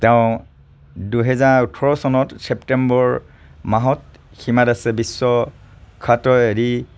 তেওঁ দুহেজাৰ ওঠৰ চনৰ ছেপ্টেম্বৰ মাহত হীমা দাসে বিশ্বখ্যাত